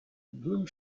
blue